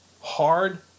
hard